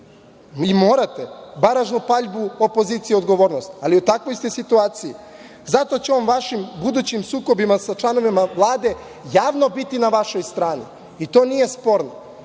i morate, baražnu paljbu opozicije i odgovornost, ali u takvoj ste situaciji. Zato će on vašim budućim sukobima sa članovima Vlade javno biti na vašoj strani i to nije sporno.